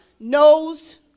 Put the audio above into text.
knows